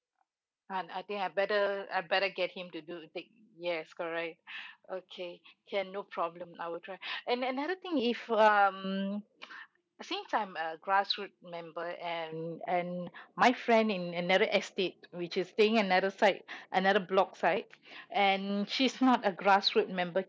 uh I think I better I better get him to do take yes correct okay can no problem I will try and another thing if um since I'm a grassroot member and and my friend in another estate which is staying another site another block site and she's not a grassroot member